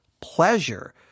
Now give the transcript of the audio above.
pleasure